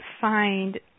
find